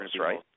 right